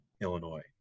Illinois